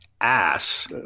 ass